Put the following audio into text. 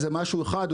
זה משהו אחד,